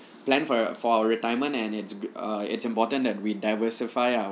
plan for for our retirement and it's err it's important that we diversify our